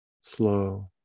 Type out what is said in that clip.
slow